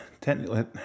technically